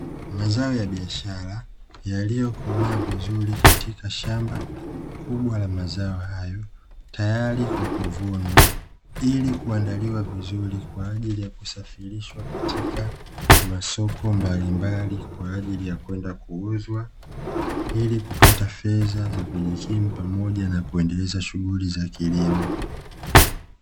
Mazao ya biashara yaliyokomaa vizuri katika shamba la mazao hayo, tayari kwa kuvunwa ili kuandaliwa vizuri kwa ajili ya kusafirishwa katika masoko mbalimbali kwa ajili ya kwenda kuuzwa, ili kupata fedha za kujikimu pamoja na kuendeleza shughuli za kilimo.